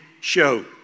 show